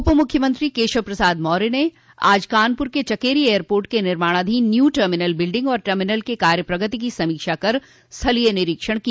उप मुख्यमंत्री केशव प्रसाद मौर्य ने कानपुर के चकेरी एयरपोर्ट के निर्माणाधीन न्य् टर्मिनल बिल्डिंग और टर्मिनल के कार्य प्रगति की समीक्षा कर स्थलीय निरीक्षण किया